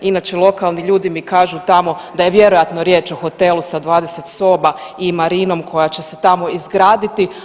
Inače lokalni ljudi mi kažu tamo da je vjerojatno riječ o hotelu sa 20 soba i marinom koja će se tamo izgraditi.